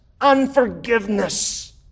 unforgiveness